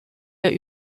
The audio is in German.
wir